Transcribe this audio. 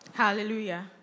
Hallelujah